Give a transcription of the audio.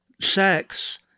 sex